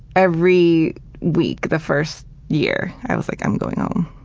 every week the first year, i was like i'm going home.